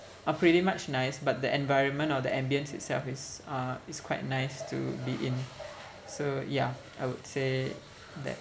are pretty much nice but the environment or the ambience itself is uh is quite nice to be in so ya I would say that